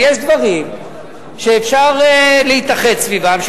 יש דברים שאפשר להתאחד סביבם,